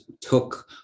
took